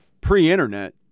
pre-internet